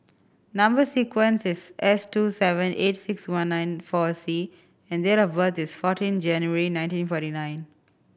number sequence is S two seven eight six one nine four C and date of birth is fourteen January nineteen forty nine